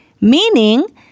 Meaning